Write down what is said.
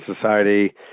Society